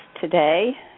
today